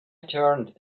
turned